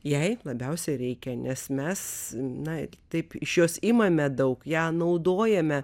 jai labiausia reikia nes mes na taip iš jos imame daug ją naudojame